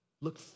look